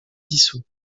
dissous